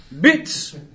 bits